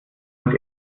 uns